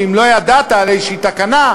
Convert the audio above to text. אם לא ידעת על איזו תקנה,